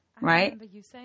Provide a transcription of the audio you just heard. Right